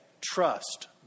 trust